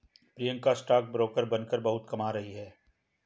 Priyanka stock broker बनकर बहुत कमा रही है